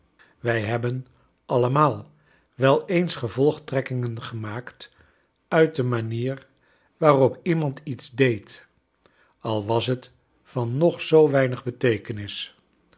wij hebben allemaal wel eens gevolgtrekkingen gemaakt uit de manier waarop iemand iets deed al was het van nog zoo weinig beteekenis